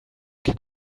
can